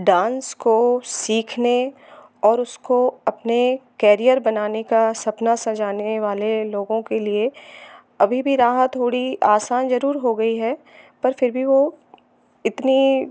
dance को सीखने और उसको अपने कैरियर बनाने का सपना सजाने का वाले लोगों के लिए अभी भी राह थोड़ी आसान ज़रूर हो गई है पर फिर भी वह इतनी